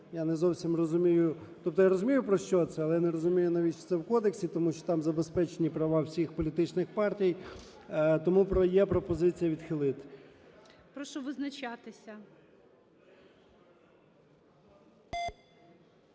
я не зовсім розумію… Тобто я розумію про що це, але не розумію навіщо це в кодексі, тому що там забезпечені права всіх політичних партій. Тому є пропозиція відхилити. ГОЛОВУЮЧИЙ. Прошу визначатися.